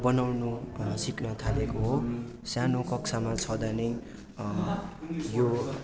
बनाउनु सिक्न थालेको हो सानो कक्षामा छँदा नै यो